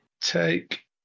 Take